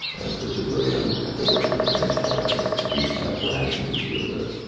as a civilian had to work at a defense plan or at least have rationing to deal with,